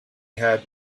had